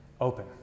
open